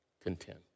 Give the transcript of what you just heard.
content